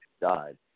died